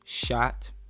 shot